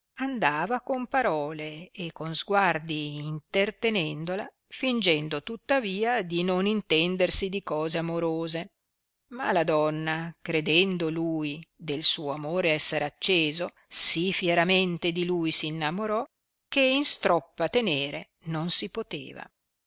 andava con parole e con sguardi intertenendola fìngendo tuttavia di non intendersi di cose amorose ma la donna credendo lui del suo amore esser acceso sì fieramente di lui s innamoro che in stroppa tenere non si poteva